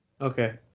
okay